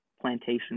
plantation